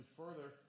further